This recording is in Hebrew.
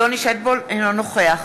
אינו נוכח